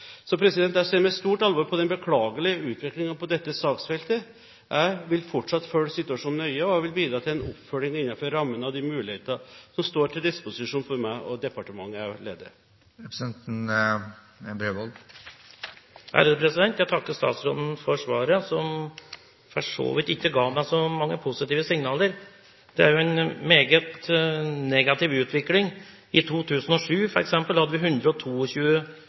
Jeg ser med stort alvor på den beklagelige utviklingen på dette saksfeltet. Jeg vil fortsatt følge situasjonen nøye, og jeg vil bidra til en oppfølging innenfor rammen av de muligheter som står til disposisjon for meg og departementet jeg leder. Jeg takker statsråden for svaret, som for så vidt ikke ga meg så mange positive signaler. Det er en meget negativ utvikling. For eksempel i 2007 hadde vi